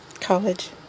college